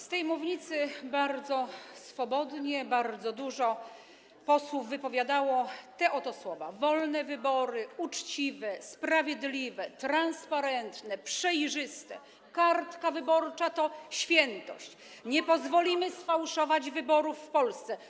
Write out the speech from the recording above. Z tej mównicy bardzo swobodnie bardzo dużo posłów wypowiadało te oto słowa: wolne wybory, uczciwe, sprawiedliwe, transparentne, przejrzyste, kartka wyborcza to świętość, nie pozwolimy sfałszować wyborów w Polsce.